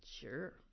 sure